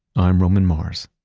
i'm roman mars